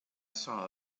saw